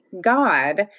God